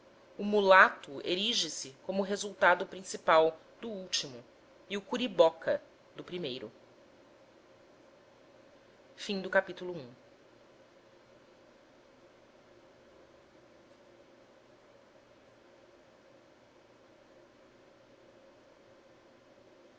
o mulato erige se como resultado principal do último e o curiboca do primeiro a gênese do